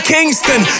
Kingston